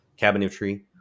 cabinetry